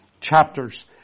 chapters